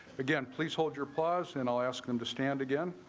again, please hold your boss and i'll ask them to stand again.